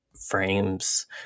frames